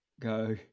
go